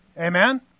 Amen